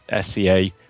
SCA